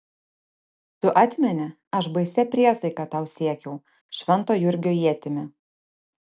tu atmeni aš baisia priesaika tau siekiau švento jurgio ietimi